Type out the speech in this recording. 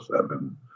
seven